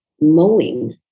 mowing